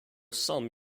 some